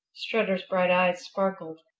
strutter's bright eyes sparkled.